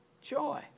Joy